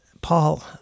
Paul